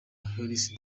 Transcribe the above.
harris